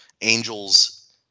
angels